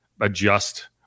adjust